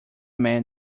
man